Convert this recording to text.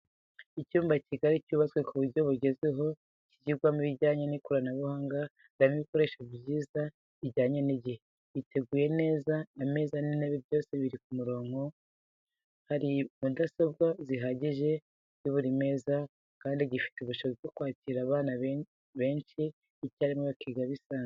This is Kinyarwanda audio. Icyumba kigari cyubatse ku buryo bwugezweho kigirwamo ibijyanye n'ikoranabuhanga harimo ibikoresho byiza bijyanye n'igihe, giteguye neza ameza n'intebe byose biri ku murongo, hari mudasobwa zihagije kuri buri meza kandi gifite ubushobozi bwo kwakira abana benshi icyarimwe bakiga bisanzuye.